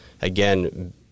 again